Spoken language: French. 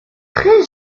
très